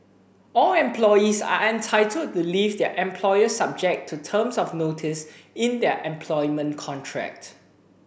all employees are entitled to leave their employer subject to terms of notice in their employment contract